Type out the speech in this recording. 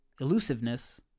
elusiveness